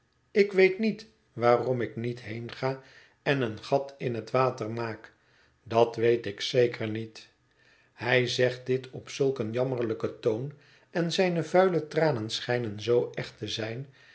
ik weet niet waarom ik niet heenga en een gat in het water maak dat weet ik zeker niet hij zegt dit op zulk een jammerlijken toon en zijne vuile tranen schijnen zoo echt te zijn